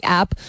app